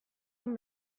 این